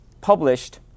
published